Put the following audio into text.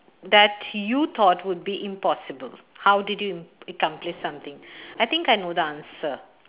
that you thought would be impossible how did you accomplished something I think I know the answer